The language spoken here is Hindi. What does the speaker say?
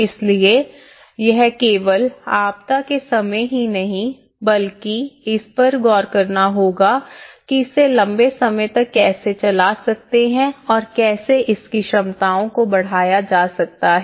इसलिए यह केवल आपदा के समय ही नहीं बल्कि इस पर गौर करना होगा कि इसे लंबे समय तक कैसे चला सकते हैं और कैसे इसकी क्षमताओं को बढ़ाया जा सकता है